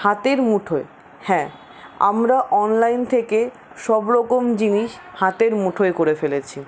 হাতের মুঠোয় হ্যাঁ আমরা অনলাইন থেকে সবরকম জিনিস হাতের মুঠোয় করে ফেলেছি